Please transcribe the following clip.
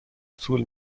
طول